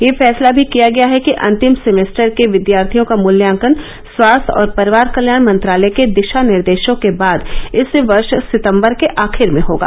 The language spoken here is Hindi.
यह फैसला भी किया गया है कि अंतिम सेमेस्टर के विद्यार्थियों का मूल्यांकन स्वास्थ्य और परिवार कल्याण मंत्रालय के दिशा निर्देशों के बाद इस वर्ष सितंबर के आखिर में होगा